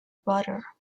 butter